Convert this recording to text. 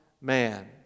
man